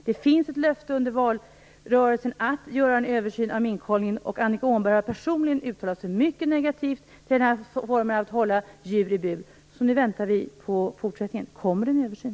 Det finns ett löfte under valrörelsen att göra en översyn av minkhållningen, och Annika Åhnberg har personligen uttalat sig mycket negativt till denna form av hållande av djur i bur. Vi väntar nu på en fortsättning. Kommer det en översyn?